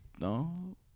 no